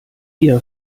ihre